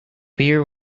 beer